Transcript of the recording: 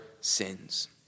sins